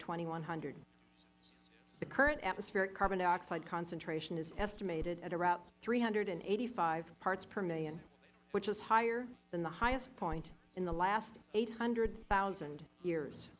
thousand one hundred the current atmospheric carbon dioxide concentration is estimated at about three hundred and eighty five parts per million which is higher than the highest point in the last eight hundred thousand years